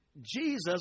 Jesus